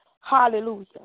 Hallelujah